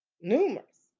Numerous